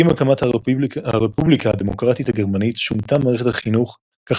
עם הקמת הרפובליקה הדמוקרטית הגרמנית שונתה מערכת החינוך כך